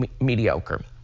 mediocre